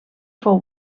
fou